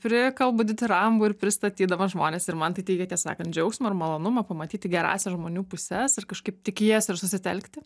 prikalbu ditirambų ir pristatydama žmones ir man tai teikia tiesą sakan džiaugsmą ir malonumą pamatyti gerąsias žmonių puses ir kažkaip tik į jas ir susitelkti